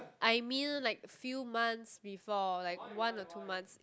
I mean like a few months before like one or two months